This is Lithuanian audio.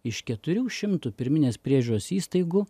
iš keturių šimtų pirminės priežiūros įstaigų